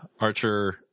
Archer